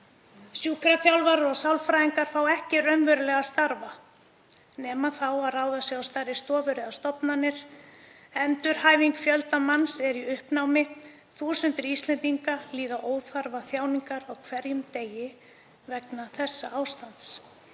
Sjúkraþjálfarar og sálfræðingar fá ekki raunverulega að starfa nema þá að ráða sig á stærri stofur eða stofnanir. Endurhæfing fjölda manns er í uppnámi. Þúsundir Íslendinga líða óþarfaþjáningar á hverjum degi vegna þessa ástands,